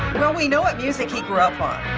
well, we know what music he grew up on.